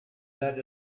that